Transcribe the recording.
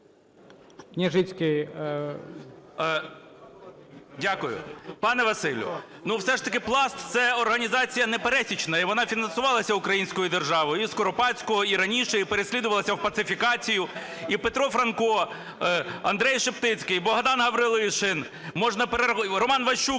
Дякую. Пане Василю, ну, все ж таки Пласт – це організація непересічна, і вона фінансувалась українською державою і Скоропадського, і раніше, і переслідувалась в пацифікацію. І Петро Франко, Андрей Шептицький, Богдан Гаврилишин, Роман Ващук,